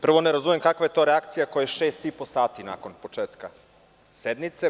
Prvo, ne razumem kakva je to reakcija koja šest i po sati nakon početka sednice.